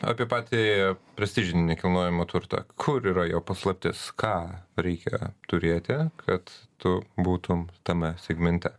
apie patį prestižinį nekilnojamą turtą kur yra jo paslaptis ką reikia turėti kad tu būtum tame segmente